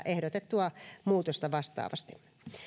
ehdotettua muutosta vastaavasti